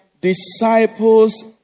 disciples